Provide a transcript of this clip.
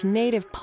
native